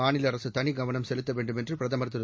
மாநில அரசு தனிகவனம் செலுத்த வேண்டும் என்று பிரதமர் திரு